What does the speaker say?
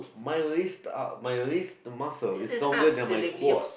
my wrist uh my wrist muscle is stronger than my quad